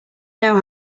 know